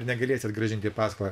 negalėsit grąžinti paskolą